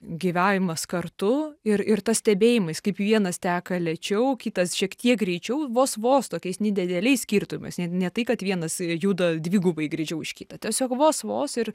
gyvavimas kartu ir ir tas stebėjimais kaip vienas teka lėčiau kitas šiek tiek greičiau vos vos tokiais nedideliais skirtumais ne ne tai kad vienas juda dvigubai greičiau už kitą tiesiog vos vos ir